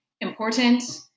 important